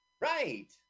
Right